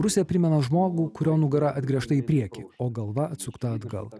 rusija primena žmogų kurio nugara atgręžta į priekį o galva atsukta atgal